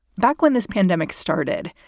back when this pandemic started,